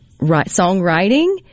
songwriting